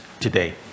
today